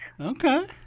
Okay